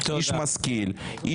איש משכיל,